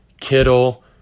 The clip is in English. Kittle